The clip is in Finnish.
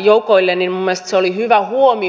joukoille oli hyvä huomio